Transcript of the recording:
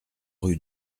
rue